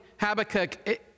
Habakkuk